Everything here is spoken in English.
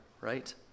right